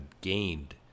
gained